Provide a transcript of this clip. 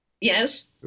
Yes